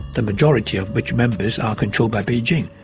the majority of which members are controlled by beijing,